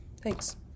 thanks